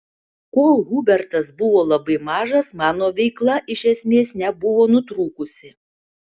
kol hubertas buvo labai mažas mano veikla iš esmės nebuvo nutrūkusi